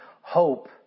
hope